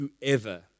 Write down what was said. whoever